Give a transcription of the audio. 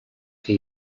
que